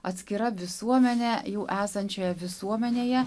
atskira visuomenė jau esančioje visuomenėje